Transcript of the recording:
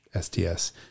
STS